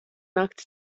nakti